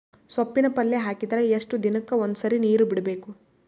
ಸೊಪ್ಪಿನ ಪಲ್ಯ ಹಾಕಿದರ ಎಷ್ಟು ದಿನಕ್ಕ ಒಂದ್ಸರಿ ನೀರು ಬಿಡಬೇಕು?